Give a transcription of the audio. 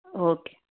okay